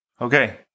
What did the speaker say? okay